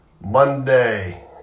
monday